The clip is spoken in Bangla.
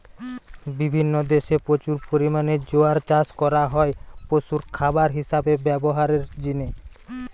বিভিন্ন দেশে প্রচুর পরিমাণে জোয়ার চাষ করা হয় পশুর খাবার হিসাবে ব্যভারের জিনে